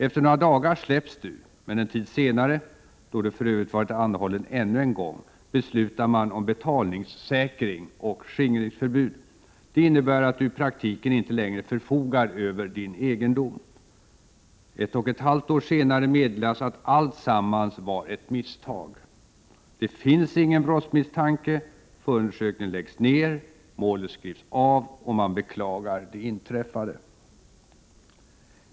Efter några dagar släpps du, men en tid senare — då du för övrigt varit anhållen ännu en gång — beslutar man om betalningssäkring och skingringsförbud. Det innebär att dui praktiken inte längre förfogar över din egendom. Ett och ett halvt år senare meddelas att alltsammans var ett misstag. Det finns ingen brottsmisstanke, förundersökningen läggs ner, målet skrivs av och man beklagar det inträffade.